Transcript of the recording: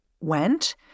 went